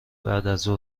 بعدازظهر